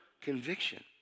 conviction